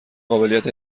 قابلیت